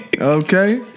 Okay